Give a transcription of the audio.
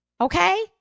okay